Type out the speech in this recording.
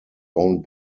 owned